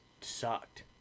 sucked